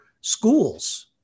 schools